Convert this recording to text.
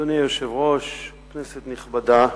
אדוני היושב-ראש, כנסת נכבדה,